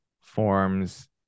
forms